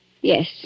Yes